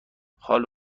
حال